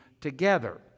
together